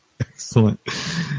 Excellent